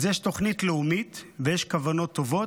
אז יש תוכנית לאומית ויש כוונות טובות,